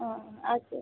ও আচ্ছা